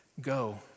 Go